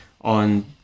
on